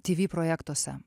tv projektuose